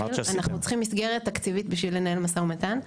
אנחנו צריכים מסגרת תקציבית בשביל לנהל משא-ומתן.